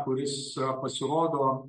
kuris pasirodo